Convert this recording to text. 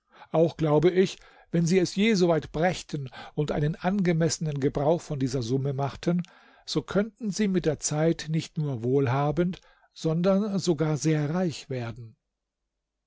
auch glaube ich wenn sie es je so weit brächten und einen angemessenen gebrauch von dieser summe machten so könnten sie mit der zeit nicht nur wohlhabend sondern sogar sehr reich werden